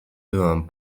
byłam